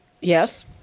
Yes